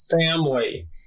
family